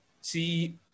see